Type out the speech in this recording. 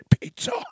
pizza